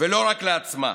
ולא רק לעצמה,